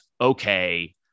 okay